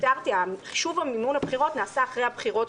חישוב מימון הבחירות נעשה אחרי הבחירות,